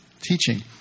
teaching